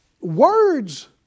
words